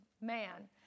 man